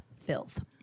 filth